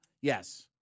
Yes